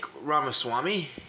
Ramaswamy